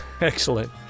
Excellent